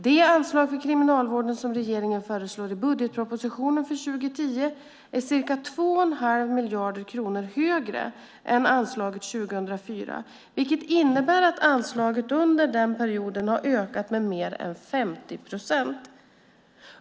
Det anslag för Kriminalvården som regeringen föreslår i budgetpropositionen för 2010 är ca 2,5 miljarder kronor högre än anslaget 2004, vilket innebär att anslaget under denna period har ökat med mer än 50 procent.